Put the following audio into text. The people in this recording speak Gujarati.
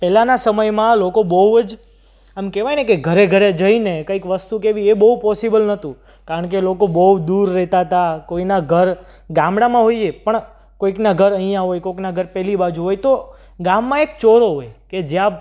પહેલાંના સમયમાં લોકો બહુ જ આમ કહેવાયને કે ઘરે ઘરે જઈને કંઈક વસ્તુ કહેવી એ બહુ પોસિબલ નહોતું કારણ કે લોકો બહુ દૂર રહેતા હતા કોઈના ઘર ગામડામાં હોઈએ પણ કોઈકના ઘર અહીંયાં હોય કોઈકના ઘર પેલી બાજુ હોય તો ગામમાં એક ચોરો હોય કે જ્યાં